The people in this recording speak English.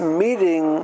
meeting